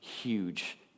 huge